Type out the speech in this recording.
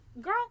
Girl